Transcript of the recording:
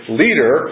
leader